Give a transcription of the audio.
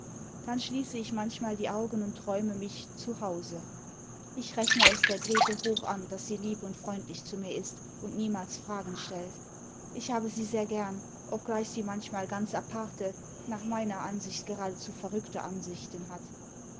dann schließe ich manchmal die augen und träume mich zu hause ich rechne es der grete hoch an daß sie lieb imd freundlich zu mir ist und niemals fragen stellt ich habe sie sehr gern obgleich sie manchmal ganz aparte nach meiner ansicht geradezu verrückte ansichten hat